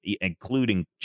including